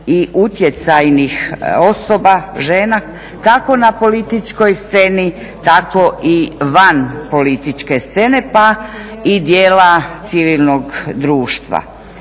i utjecajnih osoba, žena kako na političkoj sceni tako i van političke scene pa i dijela civilnog društva.